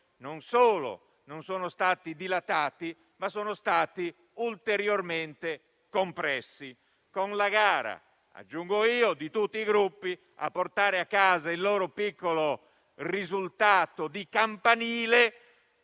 non solo non sono stati dilatati, ma sono stati ulteriormente compressi, con la gara - aggiungo io - di tutti i Gruppi a portare a casa il loro piccolo risultato di campanile.